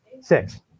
Six